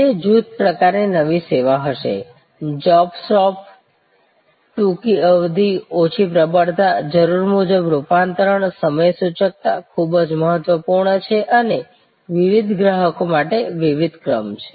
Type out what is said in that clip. તે જુથ પ્રકારની નવી સેવા હશે જોબ શોપ ટૂંકી અવધિ ઓછી પ્રબળતાજરૂર મુજબ રૂપાંતરણ સમય સૂચકતા ખૂબ જ મહત્વપૂર્ણ છે અને વિવિધ ગ્રાહકો માટે વિવિધ ક્રમ છે